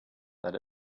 that